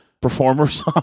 performers